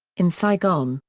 in saigon,